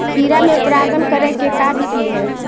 खिरा मे परागण करे के का बिधि है?